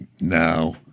now